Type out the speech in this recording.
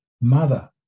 Mother